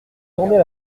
tournait